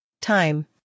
Time